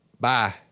Bye